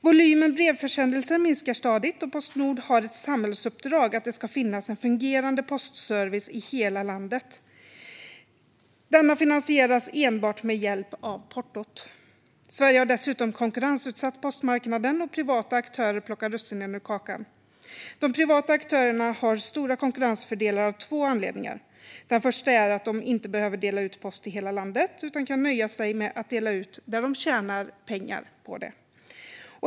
Volymen brevförsändelser minskar stadigt, och Postnord har ett samhällsuppdrag att se till att det finns en fungerande postservice i hela landet. Detta finansieras enbart med hjälp av portot. Sverige har dessutom konkurrensutsatt postmarknaden, och privata aktörer plockar russinen ur kakan. De privata aktörerna har stora konkurrensfördelar av två anledningar. Den första är att de inte behöver dela ut post i hela landet utan kan nöja sig med att dela ut där de tjänar pengar på det.